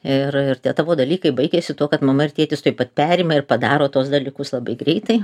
ir ir tie tavo dalykai baigiasi tuo kad mama ir tėtis taip pat perima ir padaro tuos dalykus labai greitai